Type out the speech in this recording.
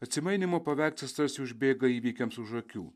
atsimainymo paveikslas tarsi užbėga įvykiams už akių